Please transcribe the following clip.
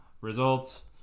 results